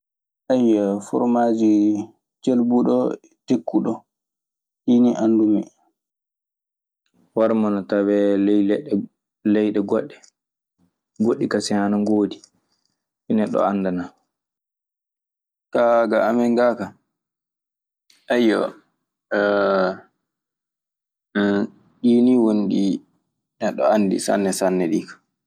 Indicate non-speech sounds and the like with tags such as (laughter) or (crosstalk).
(hesitation) fromaji cilbuɗo tekuɗo ɗii ni andumi. Warma na atawee ley leyɗe goɗɗe. Goɗɗi kasen ana ngoodi ɗi neɗɗo anndanaa. (hesitation) ga to amin ga kay, eyyo (hesitation) ɗi ni woni ɗi neɗɗo anndi sanne sanne ɗi.